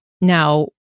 Now